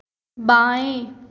बाएँ